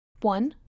One